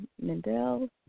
Mendel